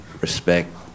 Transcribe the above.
respect